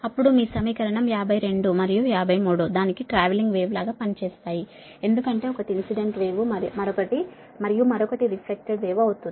అప్పుడు మీ సమీకరణం 52 మరియు 53 దానికి ట్రావెలింగ్ వేవ్ లాగా పనిచేస్తాయి ఎందుకంటే ఒకటి ఇన్సిడెంట్ వేవ్ మరియు మరొకటి రిఫ్లెక్టెడ్ అవుతుంది